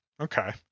Okay